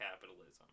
capitalism